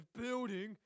building